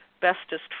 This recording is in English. bestest